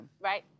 Right